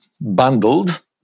bundled